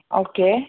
okay